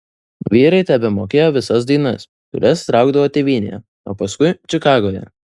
vyrai tebemokėjo visas dainas kurias traukdavo tėvynėje o paskui čikagoje